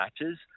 matches